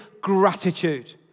gratitude